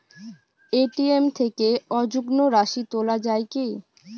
ATM থেকে অযুগ্ম রাশি তোলা য়ায় কি?